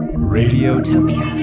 radiotopia